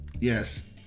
Yes